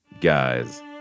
Guys